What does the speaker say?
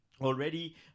already